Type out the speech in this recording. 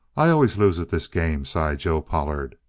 i always lose at this game, sighed joe pollard.